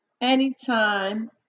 anytime